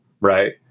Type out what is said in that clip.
Right